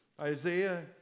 Isaiah